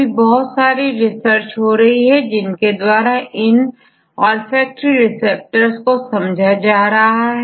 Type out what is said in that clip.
अभी बहुत सारी रिसर्च हो रही है जिनके द्वारा इन ऑल फैक्ट्री रिसेप्टर्स को समझा जा रहा है